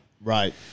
Right